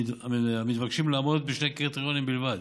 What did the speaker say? המתבקשים לעמוד בשני קריטריונים בלבד,